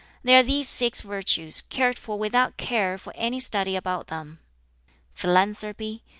they are these six virtues, cared for without care for any study about them philanthropy,